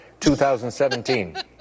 2017